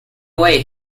way